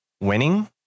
winning